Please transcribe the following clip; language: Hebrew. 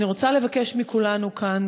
אני רוצה לבקש מכולנו כאן,